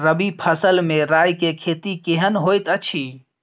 रबी फसल मे राई के खेती केहन होयत अछि?